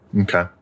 Okay